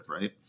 Right